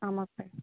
ஆமாம் சார்